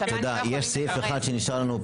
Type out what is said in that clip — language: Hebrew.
יש סעיף אחד שנשאר לנו.